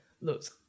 looks